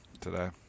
today